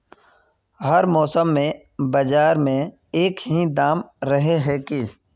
हर मौसम में बाजार में एक ही दाम रहे है की?